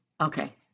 okay